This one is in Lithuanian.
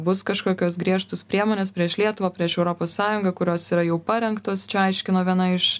bus kažkokios griežtos priemonės prieš lietuvą prieš europos sąjungą kurios yra jau parengtos čia aiškino viena iš